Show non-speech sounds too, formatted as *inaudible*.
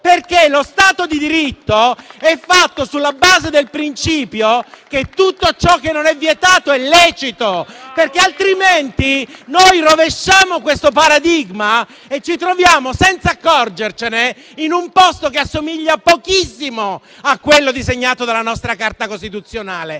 perché lo Stato di diritto è fatto sulla base del principio che tutto ciò che non è vietato è lecito. *applause* Altrimenti noi rovesciamo questo paradigma e ci troviamo, senza accorgercene, in un posto che assomiglia pochissimo a quello disegnato dalla nostra Carta costituzionale.